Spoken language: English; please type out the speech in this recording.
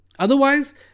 Otherwise